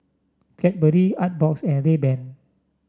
Cadbury Artbox and Rayban